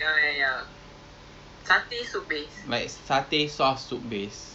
orang kasih assignment kita mengumpat